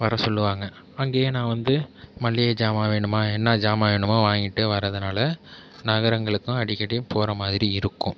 வர சொல்லுவாங்க அங்கேயே நான் வந்து மல்லிகை ஜாமான் வேணுமா என்ன ஜாமான் வேணுமோ வாங்கிகிட்டு வரதுனால நகரங்களுக்கும் அடிக்கடி போகற மாதிரி இருக்கும்